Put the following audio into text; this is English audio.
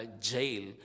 jail